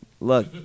Look